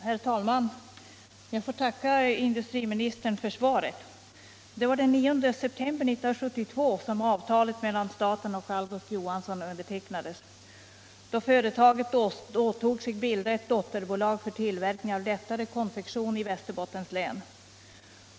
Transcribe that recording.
Herr talman! Jag får tacka industriministern för svaret. Det var den 9 september 1972 som avtalet mellan staten och Algot Johansson AB undertecknades, då företaget åtog sig att bilda ett dotterbolag för tillverkning av lättare konfektion i Västerbottens län.